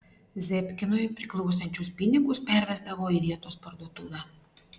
zebkinui priklausančius pinigus pervesdavo į vietos parduotuvę